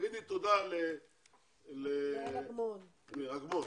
תגידי תודה ליעל אגמון,